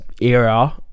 era